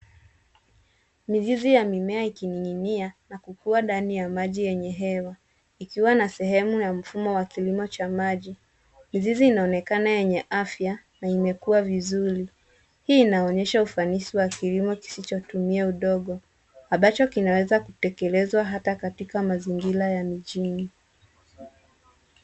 Mizizi ya mimea ikining'inia na kukua ndani ya maji yenye hewa, ikiwa na sehemu na mfumo wa kilimo cha maji. Mizizi inaonekana yenye afya na imekua vizuri. Hii inaonyesha ufanisi wa kilimo kisichotumia udongo, ambacho kinaweza kutekeleza hata katika mazingira ya mijini.